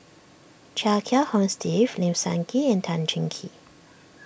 Chia Kiah Hong Steve Lim Sun Gee and Tan Cheng Kee